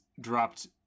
dropped